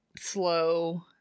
slow